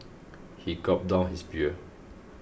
he gulped down his beer